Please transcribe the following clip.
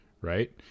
right